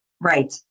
Right